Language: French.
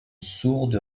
sourde